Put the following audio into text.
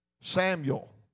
Samuel